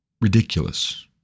ridiculous